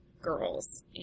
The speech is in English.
girls